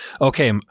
okay